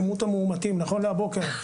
כמות המאומתים נכון להבוקר,